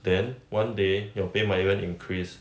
then one day your pay might even increase